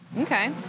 Okay